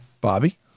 Bobby